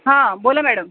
हा बोला मॅडम